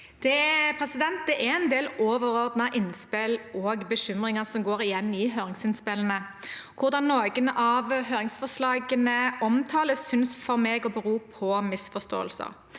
Det er en del overordnede innspill og bekymringer som går igjen i høringsinnspillene. Hvordan noen av høringsforslagene omtales, synes for meg å bero på misforståelser,